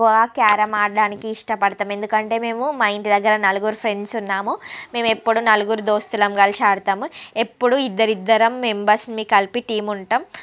ఎక్కువ క్యారం ఆడడానికి ఇష్టపడతాము ఎందుకంటే మేము మా ఇంటి దగ్గర నలుగురు ఫ్రెండ్స్ ఉన్నాము మేము ఎప్పుడు నలుగురు దోస్తులం కలిసి ఆడుతాము ఎప్పుడూ ఇద్దరు ఇద్దరం మెంబర్స్ని కలిపి టీం ఉంటాం